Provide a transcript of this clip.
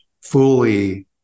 fully